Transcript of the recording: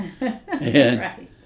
Right